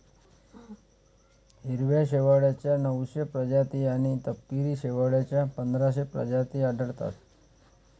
हिरव्या शेवाळाच्या नऊशे प्रजाती आणि तपकिरी शेवाळाच्या पंधराशे प्रजाती आढळतात